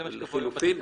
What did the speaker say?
זה מה שקובע היום בתקנות?